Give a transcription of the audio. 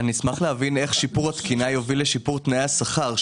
אני אשמח להבין איך שיפור התקינה יוביל לשיפור תנאי השכר?